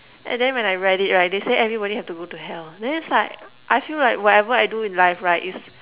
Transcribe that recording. and then when I read it right they say everybody have to go to hell then it's like I feel like whatever I do in life right is